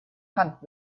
hand